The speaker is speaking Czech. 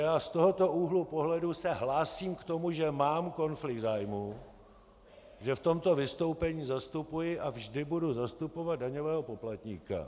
Z tohoto úhlu pohledu se hlásím k tomu, že mám konflikt zájmu, že v tomto vystoupení zastupuji a vždy budu zastupovat daňového poplatníka.